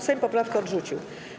Sejm poprawkę odrzucił.